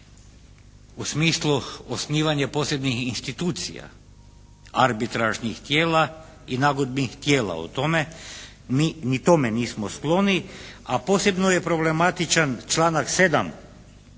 u smislu osnivanje posebnih institucija arbitražnih tijela i nagodbnim tijela o tome. Mi ni tome nismo skloni, a posebno je problematičan članak 7.